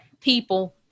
people